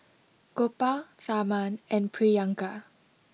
Gopal Tharman and Priyanka